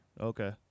Okay